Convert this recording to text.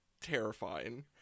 terrifying